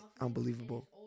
Unbelievable